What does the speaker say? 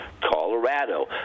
Colorado